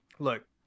Look